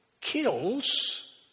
kills